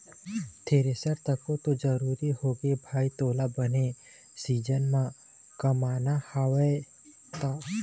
thresher तको तो जरुरी होगे भाई तोला बने सीजन म कमाना हवय त